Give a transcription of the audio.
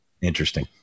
interesting